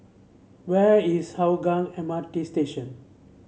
where is Hougang M R T Station